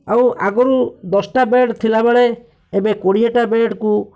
ଆଉ ଆଗରୁ ଦଶଟା ବେଡ଼୍ ଥିଲାବେଳେ ଏବେ କୋଡ଼ିଏଟା ବେଡ଼୍କୁ